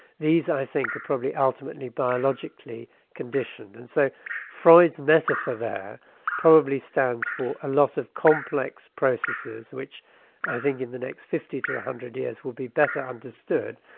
these i think are probably ultimately biologically conditioned. and so freud's metaphor there probably stands for a lot of complex processes which i think in the next fifty to one hundred years will be better understood,